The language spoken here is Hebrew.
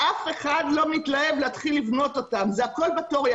אף אחד לא מתלהב להתחיל לבנות אותם אלא הכול בתיאוריה.